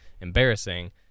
embarrassing